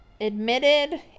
admitted